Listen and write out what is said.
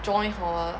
join hor